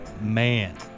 Man